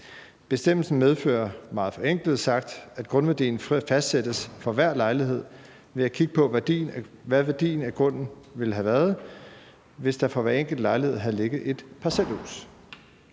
Bestemmelsen medfører meget forenklet sagt, at grundværdien fastsættes for hver lejlighed ved at kigge på, hvad værdien af grunden ville have været, hvis der for hver enkelt lejlighed havde ligget et parcelhus.